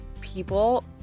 people